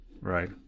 right